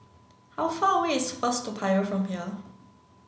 how far away is First Toa Payoh from here